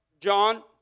John